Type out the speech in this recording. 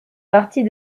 partie